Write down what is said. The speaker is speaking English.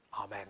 Amen